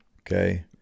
Okay